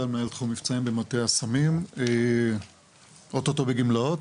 מבצעים במטה הסמים, אוטוטו בגמלאות.